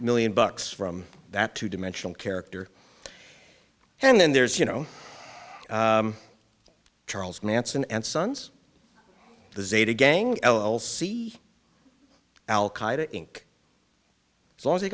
million bucks from that two dimensional character and then there's you know charles manson and sons the zeta gang l o l see al qaeda inc as long as they